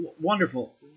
wonderful